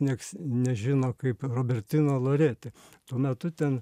nieks nežino kaip robertino loreti tuo metu ten